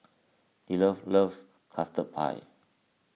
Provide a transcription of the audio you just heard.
Deondre loves Custard Pie